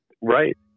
right